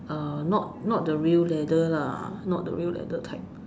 uh not not the real leather lah not the real leather type